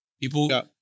People